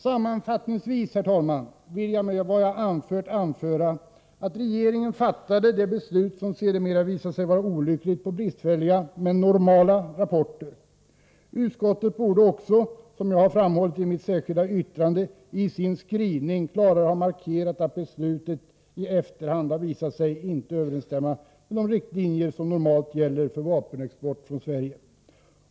Sammanfattningsvis, herr talman, vill jag efter vad jag anfört framföra att regeringen fattade beslutet, som sedermera visade sig vara olyckligt, på grund av bristfälliga men normala rapporter. Utskottet borde också, som jag framhållit i mitt särskilda yttrande, i sin skrivning klarare ha markerat att beslutet i efterhand har visat sig inte överensstämma med de riktlinjer som normalt gäller för vapenexport från Sverige.